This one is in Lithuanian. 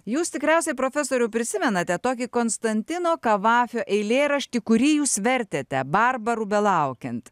jūs tikriausiai profesoriau prisimenate tokį konstantino kavafio eilėraštį kurį jūs vertėte barbarų belaukiant belaukiant